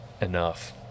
enough